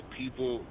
people